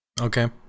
Okay